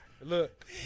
Look